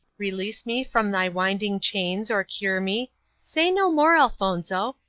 release me from thy winding chains or cure me say no more, elfonzo,